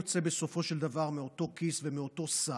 בסופו של דבר הכול יוצא מאותו כיס ומאותו סל,